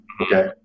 Okay